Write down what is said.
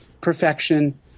perfection